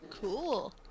Cool